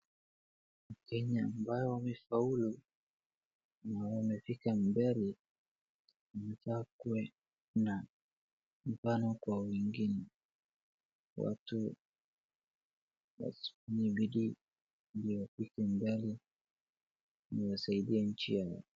Wakenya ambao wamefaulu na wamefika mbele wameshakuwa na mfano kwa wengine, watu wafanye bidii ndio wafike mbele ili wasaidie nchi yao.